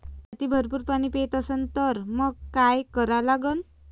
माती भरपूर पाणी पेत असन तर मंग काय करा लागन?